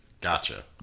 Gotcha